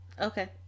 Okay